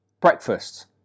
Breakfast